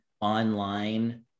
online